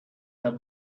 the